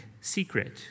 secret